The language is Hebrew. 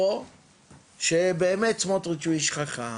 או שבאמת סמוטריץ' הוא איש חכם